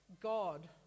God